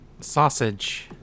Sausage